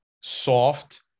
soft